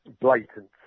blatant